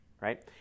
right